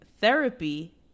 Therapy